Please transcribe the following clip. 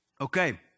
okay